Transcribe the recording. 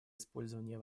использования